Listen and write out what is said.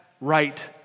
right